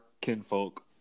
kinfolk